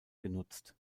genutzt